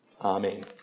Amen